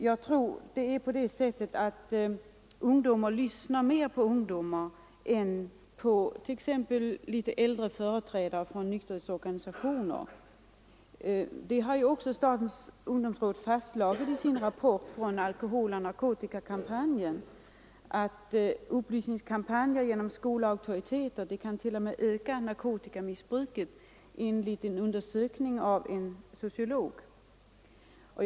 Jag tror att ungdomar lyssnar mer på ungdomar än på t.ex. litet äldre företrädare för nykterhetsorganisationer. Statens ungdomsråd har i sin rapport från alkoholoch narkotikakampanjen fastslagit att upplysningskampanjer genom skolauktoriteter enligt en undersökning av en sociolog t.o.m. kan öka narkotikamissbruket.